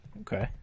Okay